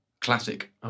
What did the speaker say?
Classic